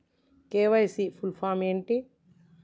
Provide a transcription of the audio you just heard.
KYC full form ఏంటి?